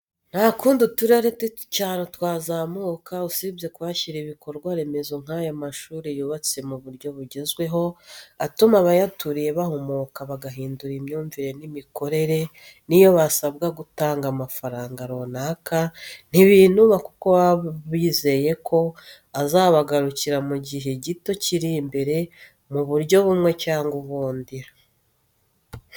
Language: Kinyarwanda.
Nta kundi uturere tw'icyaro twazamuka usibye kuhashyira ibikorwa remezo nk'aya mashuri yubatse mu buryo bugezweho, atuma abayaturiye bahumuka bagahindura imyumvire n'imikorere n'iyo basabwa gutanga amafaranga runaka, ntibinuba kuko baba bizeye ko azabagarukira mu gihe gito kiri imbere, mu buryo bimwe cyangwa ubundi.